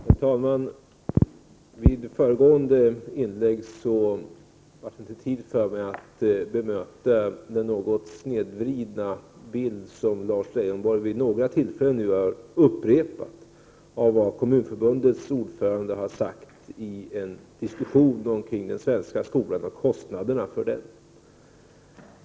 Herr talman! Vid föregående inlägg blev det inte tid för mig att bemöta den något snedvridna bild som Lars Leijonborg vid några tillfällen nu har upprepat av vad Kommunförbundets ordförande har sagt i en diskussion om den svenska skolan och kostnaderna för den.